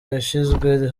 yashinzwe